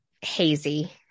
hazy